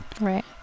right